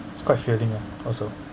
it's quite filling ah also